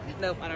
Nope